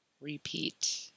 repeat